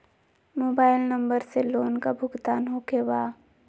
Mobile number से loan का भुगतान होखे बा?